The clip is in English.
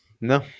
No